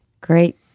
great